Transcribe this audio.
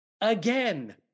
again